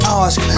ask